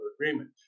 agreement